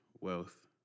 wealth